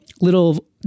little